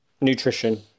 nutrition